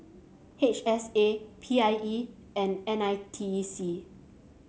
H S A P I E and N I T E C